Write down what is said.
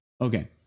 okay